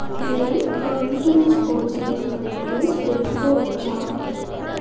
నేను నా insurance policy యెక్క డీటైల్స్ తెల్సుకోవచ్చా?